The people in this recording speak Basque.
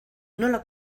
nola